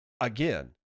Again